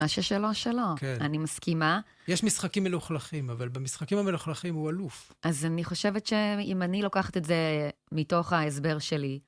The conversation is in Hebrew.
מה ששלו, שלו. אני מסכימה. יש משחקים מלוכלכים, אבל במשחקים המלוכלכים הוא אלוף. אז אני חושבת שאם אני לוקחת את זה מתוך ההסבר שלי...